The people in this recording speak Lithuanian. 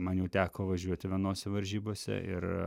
man jau teko važiuoti vienose varžybose ir